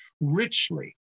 richly